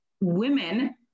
women